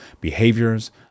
behaviors